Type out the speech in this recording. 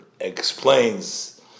explains